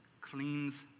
cleans